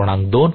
1 0